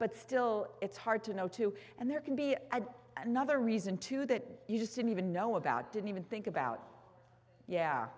but still it's hard to know too and there can be another reason too that you just didn't even know about didn't even think about